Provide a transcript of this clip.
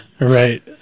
Right